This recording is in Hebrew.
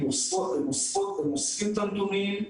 אוספים את הנתונים.